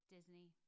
Disney